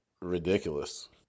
ridiculous